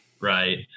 right